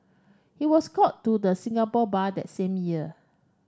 he was called to the Singapore Bar that same year